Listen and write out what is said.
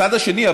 הצד השני,